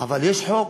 אבל יש חוק,